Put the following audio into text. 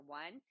one